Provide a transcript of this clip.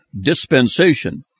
dispensation